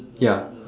ya